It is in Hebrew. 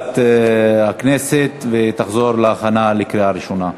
לוועדת הכנסת ותחזור להכנה לקריאה ראשונה.